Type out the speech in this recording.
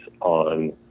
on